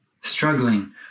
Struggling